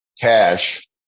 cash